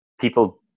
people